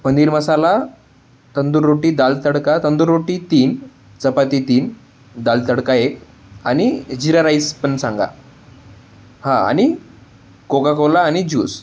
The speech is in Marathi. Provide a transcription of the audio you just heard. पनीर मसाला तंदूर रोटी दाल तडका तंदूर रोटी तीन चपाती तीन दाल तडका एक आणि जिरा राईस पण सांगा हां आणि कोकाकोला आणि ज्यूस